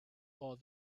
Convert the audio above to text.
all